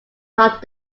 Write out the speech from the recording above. not